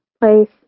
place